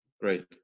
great